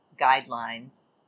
guidelines